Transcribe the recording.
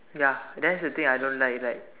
ya that's the thing I don't like like